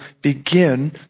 begin